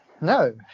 no